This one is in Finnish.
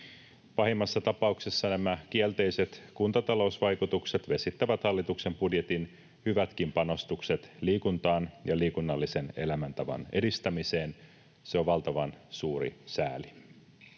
Pahimmassa tapauksessa nämä kielteiset kuntatalousvaikutukset vesittävät hallituksen budjetin hyvätkin panostukset liikuntaan ja liikunnallisen elämäntavan edistämiseen. Se on valtavan suuri sääli.